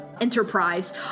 enterprise